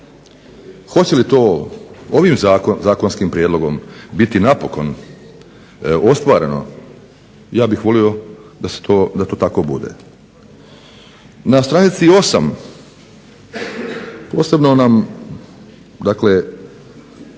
Hoće li to ovim zakonskim prijedlogom biti napokon ostvareno, ja bih volio da to tako bude. Na str. 8 kada se